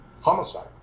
homicide